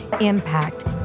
impact